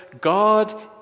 God